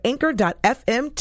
Anchor.fm